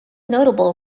notable